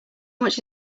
much